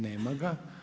Nema ga.